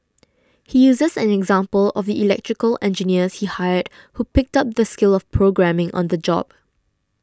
he uses an example of the electrical engineers he hired who picked up the skill of programming on the job